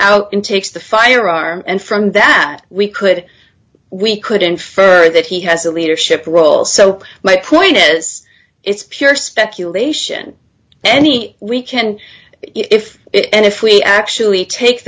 out in takes the firearm and from that we could we could infer that he has a leadership role so my point is it's pure speculation any we can if it and if we actually take